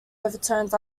overtones